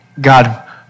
God